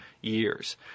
years